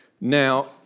Now